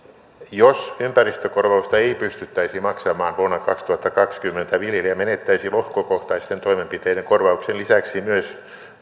jos ympäristökorvausta ei pystyttäisi maksamaan vuonna kaksituhattakaksikymmentä viljelijä menettäisi lohkokohtaisten toimenpiteiden korvauksen lisäksi myös